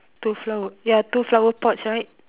two flower ya two flower pots right